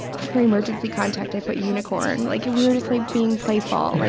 for emergency contact, i put unicorn. like we were just like being playful.